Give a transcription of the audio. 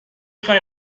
خواین